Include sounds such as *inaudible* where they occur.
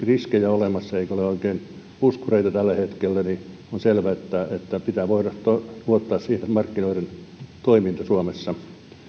*unintelligible* riskejä olemassa eikä ole oikein puskureita tällä hetkellä niin on selvä että pitää voida luottaa siihen että markkinoiden toiminta suomessa